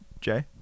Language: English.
Jay